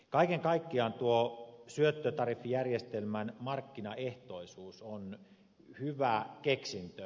kaiken kaikkiaan tuo syöttötariffijärjestelmän markkinaehtoisuus on hyvä keksintö